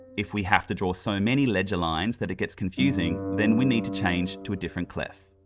if we have to draw so many ledger lines that it gets confusing, then we need to change to a different clef.